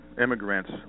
immigrants